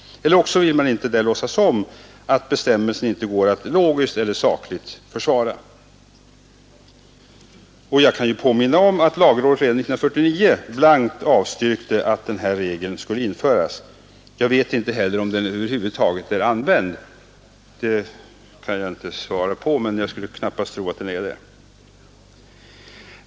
Eller också vill man där inte låtsas om att bestämmelsen inte går att logiskt eller sakligt försvara. Jag kan påminna om att lagradet självt 1949 blankt avstyrkte införande av denna regel. Jag vet inte heller om den över huvud taget har kommit till användning, men jag skulle knappast tro att den har det.